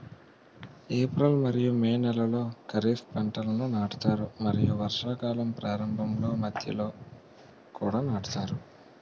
April మరియు May నెలలో ఖరీఫ్ పంటలను నాటుతారు మరియు వర్షాకాలం ప్రారంభంలో మధ్యలో కూడా నాటుతారు